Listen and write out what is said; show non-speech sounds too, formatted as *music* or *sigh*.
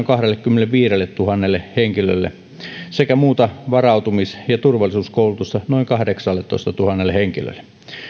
*unintelligible* kahdellekymmenelleviidelletuhannelle henkilölle sekä muuta varautumis ja turvallisuuskoulutusta noin kahdeksalletoistatuhannelle henkilölle